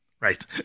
Right